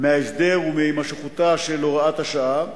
מההסדר ומהימשכותה של הוראת השעה,